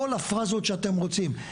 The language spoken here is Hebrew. כל הפאזות שאתם רוצים.